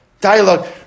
Dialogue